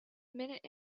minute